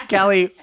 Kelly